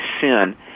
sin